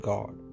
God